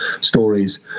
stories